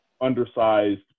undersized